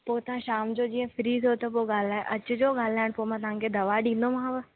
पोइ तव्हां शाम जो जीअं फ्री थियो त पोइ ॻाल्हायां अचिजो ॻाल्हाइण पोइ मां तव्हांखे दवा ॾींदोमाव